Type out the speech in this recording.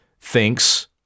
thinks